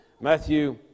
Matthew